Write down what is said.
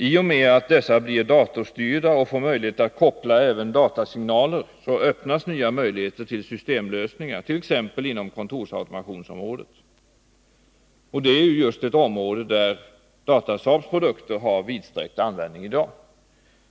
I och med att dessa blir datorstyrda och får möjlighet att koppla även datasignaler öppnas nya möjligheter till systemlösningar, t.ex. inom kontorsautomationsområdet. Och det är just ett område där Datasaabs produkter har vidsträckt användning i dag.